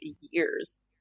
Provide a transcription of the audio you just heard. years